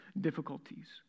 difficulties